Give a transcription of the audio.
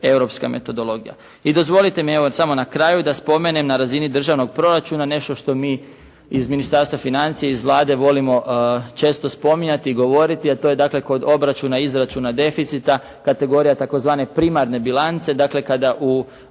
I dozvolite mi evo samo na kraju da spomenem na razini državnog proračuna nešto što mi iz Ministarstva financija, iz Vlade volimo često spominjati i govoriti a to je dakle kod obračuna i izračuna deficita kategorija tzv. primarne bilance. Dakle kada